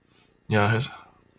ya that's right